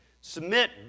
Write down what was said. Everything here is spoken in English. Submit